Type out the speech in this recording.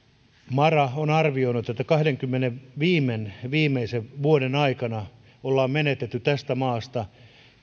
mara on arvioinut että kahdenkymmenen viimeisen vuoden aikana ollaan menetetty tästä maasta